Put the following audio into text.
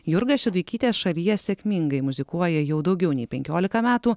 jurga šeduikytė šalyje sėkmingai muzikuoja jau daugiau nei penkiolika metų